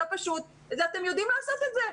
אלא פשוט כי אתם יודעים לעשות את זה.